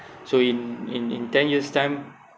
so in in in ten years time